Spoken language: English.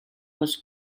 was